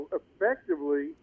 effectively